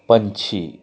ਪੰਛੀ